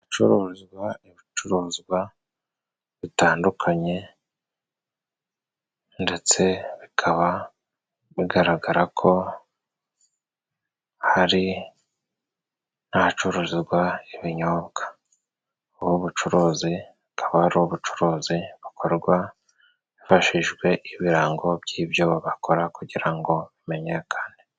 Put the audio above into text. Ibicuruzwa, ibicuruzwa bitandukanye ndetse bikaba bigaragara ko hari n'ahacururizwa ibinyobwa. Ubu bucuruzi bukaba ari ubucuruzi bukorwa hifashishijwe ibirango by'ibyo bakora kugira ngo bimenyekane.